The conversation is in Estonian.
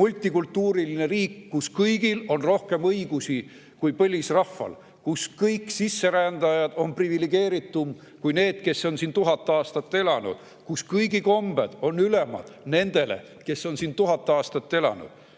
multikultuuriline riik, kus kõigil teistel on rohkem õigusi kui põlisrahval, kus kõik sisserändajad on priviligeeritumad kui need, kes on siin 1000 aastat elanud, kus kõigi teiste kombed on ülemad kui nende omad, kes on siin 1000 aastat elanud.